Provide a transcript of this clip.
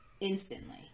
instantly